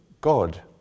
God